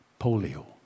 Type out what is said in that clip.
polio